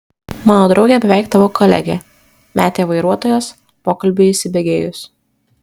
mano draugė beveik tavo kolegė metė vairuotojas pokalbiui įsibėgėjus